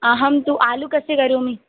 अहं तु आलूकस्य करोमि